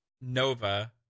Nova